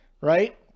right